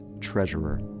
treasurer